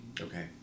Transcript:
Okay